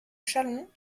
chalon